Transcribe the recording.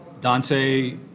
Dante